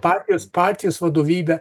partijos partijos vadovybė